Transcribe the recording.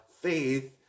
faith